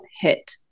hit